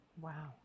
Wow